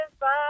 Bye